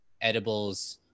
edibles